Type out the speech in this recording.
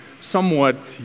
somewhat